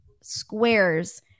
squares